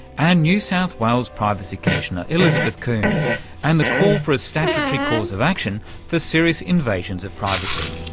and new south wales privacy commissioner elizabeth coombs and the call for a statutory cause of action for serious invasions of privacy.